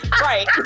Right